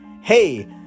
hey